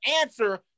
answer